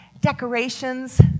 decorations